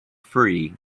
free